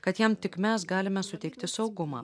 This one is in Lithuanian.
kad jam tik mes galime suteikti saugumą